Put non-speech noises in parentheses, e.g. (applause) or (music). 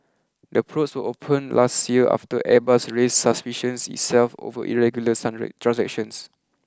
the probes were opened last year after Airbus raised suspicions itself over irregular (unintelligible) transactions